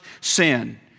sin